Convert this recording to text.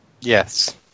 Yes